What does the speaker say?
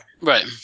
Right